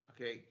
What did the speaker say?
Okay